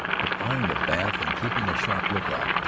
defiling the bath and keeping a sharp lookout,